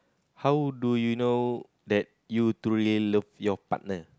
how do you know that you truly love your partner